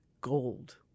gold